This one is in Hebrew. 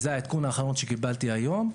זה העדכון האחרון שקיבלתי היום.